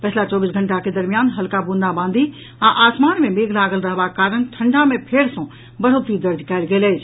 पिछला चौबीस घंटा के दरमियान हल्का ब्रंदाबांदी आ आसमान मे मेघ लागल रहबाक कारण ठंडा मे फेर सँ बढ़ोत्तरी दर्ज कयल गेल अछि